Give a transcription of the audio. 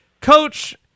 coach